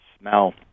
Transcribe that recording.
smell